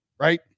right